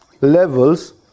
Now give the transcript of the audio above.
levels